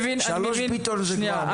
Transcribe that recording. שלוש ביטון זה כבר בעיה.